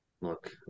Look